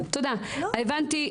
הבנתי.